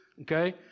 okay